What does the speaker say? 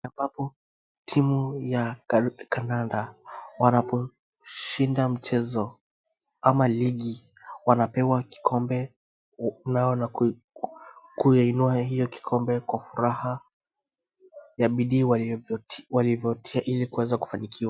Wako hapo timu ya kandanda wanaposhinda mchezo ama ligi wanapewa kikombe nao wanaki kuiinua hiyo kikombe kwa furaha ya bidii walivyotia ili kuweza kufanikiwa.